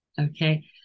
Okay